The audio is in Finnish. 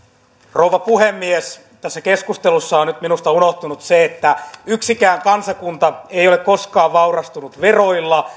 rouva puhemies tässä keskustelussa on nyt minusta unohtunut se että yksikään kansakunta ei ole koskaan vaurastunut veroilla